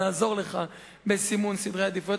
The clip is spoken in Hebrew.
נעזור לך בסימון סדרי העדיפויות.